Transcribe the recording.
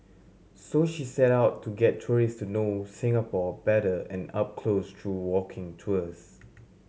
so she set out to get tourists to know Singapore better and up close through walking tours